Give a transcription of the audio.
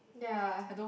ya